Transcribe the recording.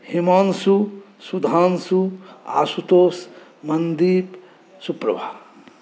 Himanshu Sudhanshu Ashutosh Mandeep Suprabha